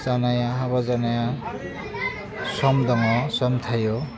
जानाया हाबा जानाया सम दङ सम थायो